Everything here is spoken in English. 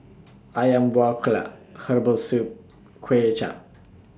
Ayam Buah Keluak Herbal Soup Kuay Chap